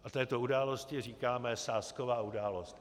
A této události říkáme sázková událost.